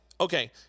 okay